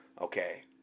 Okay